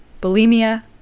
bulimia